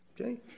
Okay